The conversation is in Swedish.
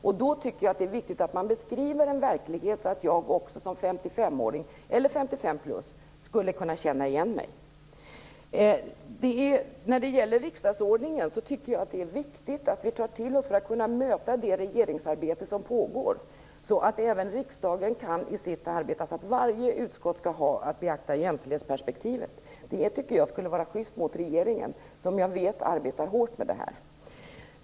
Därför tycker jag att det är viktigt att man beskriver en verklighet som också jag, som 55-åring eller som 55+, kan känna igen mig i. När det gäller riksdagsordningen, och för att riksdagen skall kunna möta det regeringsarbete som pågår, tycker jag att det är viktigt att varje utskott skall ha att beakta jämställdhetsperspektivet i sitt arbete. Det tycker jag skulle schyst mot regeringen, som jag vet arbetar hårt med detta.